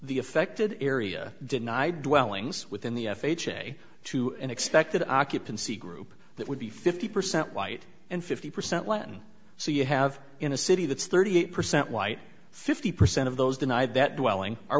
the affected area denied welling's within the f h a to an expected occupancy group that would be fifty percent white and fifty percent latin so you have in a city that's thirty eight percent white fifty percent of those denied that dwelling are